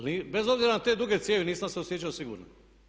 Ali bez obzira na te duge cijevi nisam se osjećao sigurno.